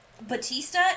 Batista